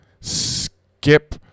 skip